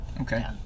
okay